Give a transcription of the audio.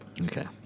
Okay